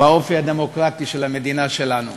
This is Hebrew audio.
באופי הדמוקרטי של המדינה שלנו.